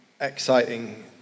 exciting